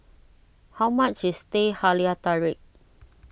how much is Teh Halia Tarik